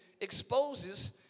exposes